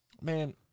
Man